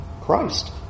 Christ